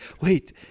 Wait